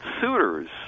suitors